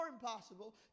impossible